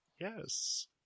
Yes